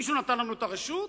מישהו נתן לנו את הרשות?